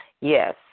Yes